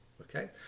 okay